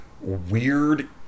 weird